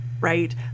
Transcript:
right